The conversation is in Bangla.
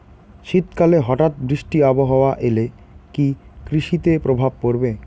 শীত কালে হঠাৎ বৃষ্টি আবহাওয়া এলে কি কৃষি তে প্রভাব পড়বে?